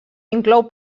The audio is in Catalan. inclou